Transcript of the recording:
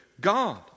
God